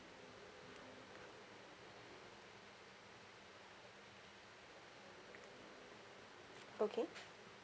okay